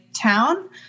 town